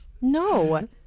no